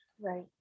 Right